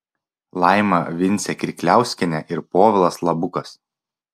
laima vincė kirkliauskienė ir povilas labukas